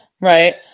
Right